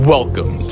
Welcome